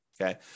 okay